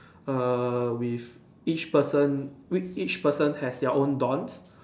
err with each person each person has their own dons